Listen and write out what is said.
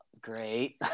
great